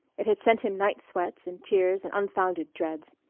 it had sent him night-sweats and tears and unfounded dreads.